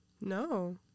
no